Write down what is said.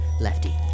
Lefty